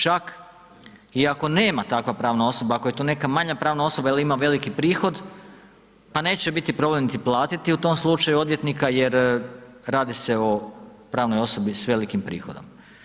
Čak i ako nema takva pravna osoba, ako je to neka manja pravna osoba ili veliki prihod, pa neće biti problem niti platiti u tom slučaju odvjetnika, jer radi se o pravnoj osobi s velikim prihodom.